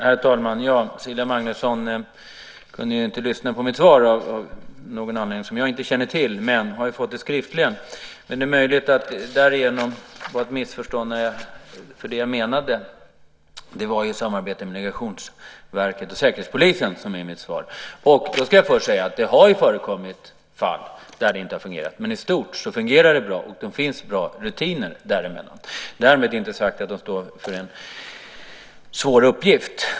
Herr talman! Cecilia Magnusson hade inte möjlighet att lyssna på mitt svar av någon anledning som jag inte känner till, men hon har ju också fått det skriftligen. Därigenom kan hon ha missförstått det jag menade. Mitt svar gällde samarbetet mellan Migrationsverket och Säkerhetspolisen. Jag vill först säga att det har förekommit fall där det inte har fungerat, men i stort fungerar det bra, och det finns bra rutiner. Därmed inte sagt att man inte står inför en svår uppgift.